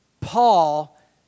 Paul